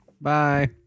Bye